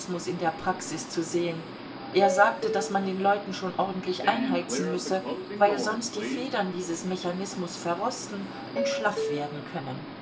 in der praxis zu sehen er sagte daß man den leuten schon ordentlich einheizen müsse weil sonst die federn dieses mechanismus verrosten und schlaff werden können